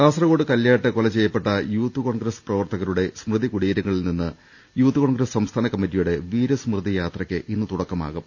കാസർകോഡ് കല്ല്യാട്ട് കൊല ചെയ്യപ്പെട്ട യൂത്ത് കോൺഗ്രസ് പ്രവർത്തകരുടെ സ്മൃതി കുടീരങ്ങളിൽ നിന്ന് യൂത്ത് കോൺഗ്രസ് സംസ്ഥാന കമ്മറ്റിയുടെ വീരസ്മൃതി യാത്രയ്ക്ക് ഇന്ന് തുടക്കമാകും